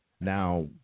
Now